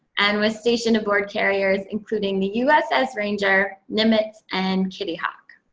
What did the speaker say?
and was stationed aboard carriers, including the uss ranger, nimitz, and kitty hawk.